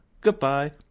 Goodbye